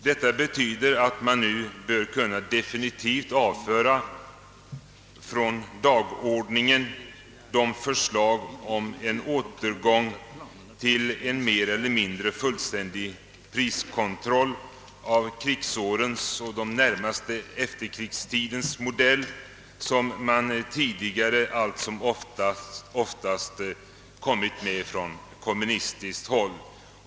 Detta betyder att man nu definitivt bör kunna från dagordningen avföra de förslag om en återgång till en mer eller mindre fullständig priskontroll av krigsårens och den närmaste efterkrigstidens modell, vilka tidigare ailt som oftast framförts från kommunistiskt håll.